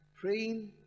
praying